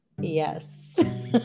yes